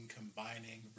combining